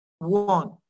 One